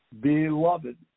Beloved